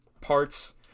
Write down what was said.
parts